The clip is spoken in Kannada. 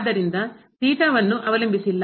ಆದ್ದರಿಂದ ಥೀಟಾವನ್ನು ಅವಲಂಬಿಸಿಲ್ಲ